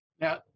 Now